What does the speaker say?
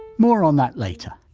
more on that later.